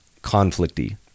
conflicty